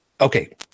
Okay